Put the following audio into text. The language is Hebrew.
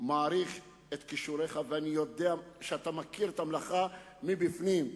מעריך את כישוריך ואני יודע שאתה מכיר את המלאכה מבפנים.